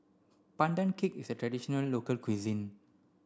Pandan Cake is a traditional local cuisine